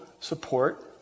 support